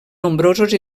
nombrosos